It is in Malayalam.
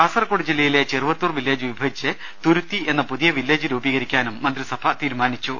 കാസർകോട് ജില്ലയിലെ ചെറുവത്തൂർ വില്ലേജ് വിഭജിച്ച് തുരുത്തി എന്ന പുതിയ വില്ലേജ് രൂപീകരിക്കാനും മന്ത്രിസഭ തീരുമാനിച്ചു